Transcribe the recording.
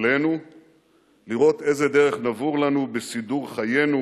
אלינו לראות איזה דרך נבור לנו בסידור חיינו,